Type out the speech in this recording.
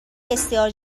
بسیار